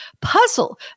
puzzle